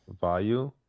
value